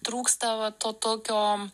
trūksta va to tokio